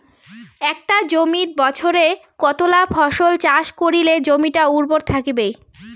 একটা জমিত বছরে কতলা ফসল চাষ করিলে জমিটা উর্বর থাকিবে?